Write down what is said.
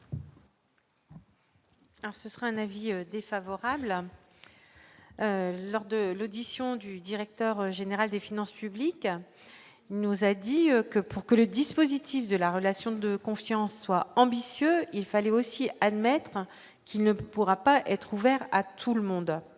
Ce sera un avis défavorable lors de l'audition du directeur général des finances publiques, il nous a dit que pour que le dispositif de la relation de confiance soit ambitieux, il fallait aussi admettre qu'il ne pourra pas être ouvert à tout le monde,